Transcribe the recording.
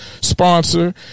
sponsor